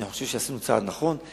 אני חושב שעשינו צעד נכון.